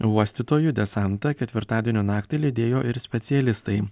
uostytojų desantą ketvirtadienio naktį lydėjo ir specialistai